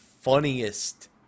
funniest